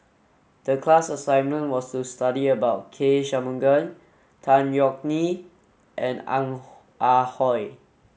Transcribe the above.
the class assignment was to study about K Shanmugam Tan Yeok Nee and Ong Ah Hoi